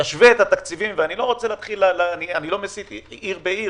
תשווה את התקציבים ואני לא מסית עיר בעיר